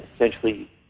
essentially